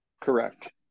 Correct